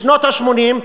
בשנות ה-80: